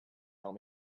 help